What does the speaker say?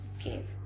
okay